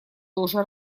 тоже